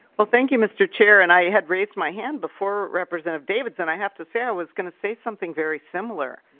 but thank you mr. chair. and i had raised my hand before representative davids and i have to say i was going to say something very similar.